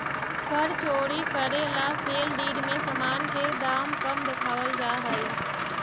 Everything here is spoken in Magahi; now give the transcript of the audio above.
कर चोरी करे ला सेल डीड में सामान के दाम कम देखावल जा हई